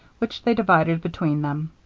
which they divided between them.